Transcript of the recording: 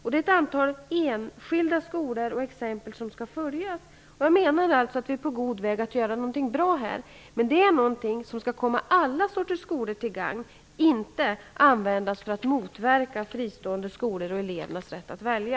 Det är ett antal enskilda skolor som skall följas upp. Jag menar att vi är på god väg att göra något bra. Men det är något som skall komma alla sorters skolor till gagn och inte användas för att motverka fristående skolor och elevernas rätt att välja.